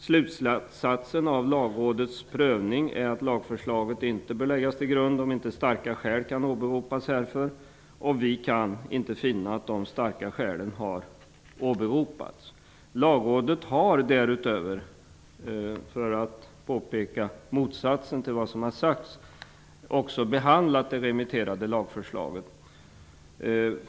Slutsatsen av Lagrådets prövning är att förslaget inte bör läggas till grund för lagstiftning om inte starka skäl kan åberopas härför, och vi kan inte finna att de starka skälen har åberopats. Lagrådet har därutöver -- för att påpeka motsatsen till vad som här har sagts -- också behandlat det remitterade lagförslaget.